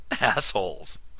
Assholes